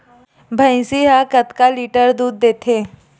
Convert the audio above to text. भंइसी हा कतका लीटर दूध देथे?